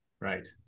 Right